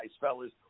fellas